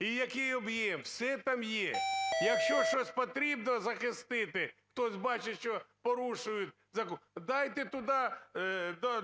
і який об'єм – все там є. Якщо щось потрібно захистити, хтось бачить, що порушують закон, дайте туди